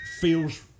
Feels